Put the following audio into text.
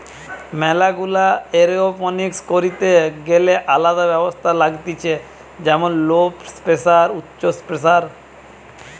ম্যালা গুলা এরওপনিক্স করিতে গ্যালে আলদা ব্যবস্থা লাগতিছে যেমন লো প্রেসার, উচ্চ প্রেসার